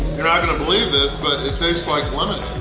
you're not going to believe this, but it tastes like lemonade!